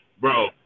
Bro